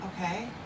okay